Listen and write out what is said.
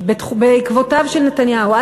בעקבותיו של נתניהו.